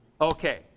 Okay